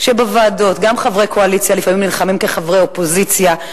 שבוועדות גם חברי קואליציה לפעמים נלחמים כחברי אופוזיציה.